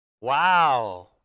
Wow